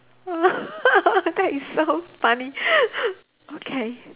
that is so funny okay